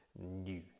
New